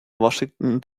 washington